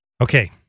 Okay